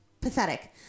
pathetic